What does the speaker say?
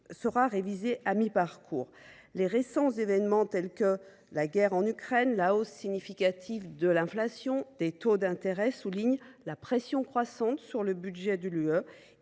avoir lieu à mi parcours. Les récents événements, tels que la guerre en Ukraine et la hausse significative de l’inflation et des taux d’intérêt, soulignent la pression croissante sur le budget de l’Union